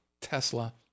Tesla